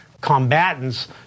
combatants